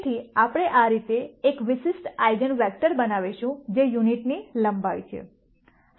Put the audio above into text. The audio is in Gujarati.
તેથી આપણે આ રીતે એક વિશિષ્ટ આઇગન વેક્ટર બનાવીશું જે યુનિટની લંબાઈ છે